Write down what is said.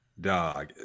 dog